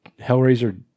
Hellraiser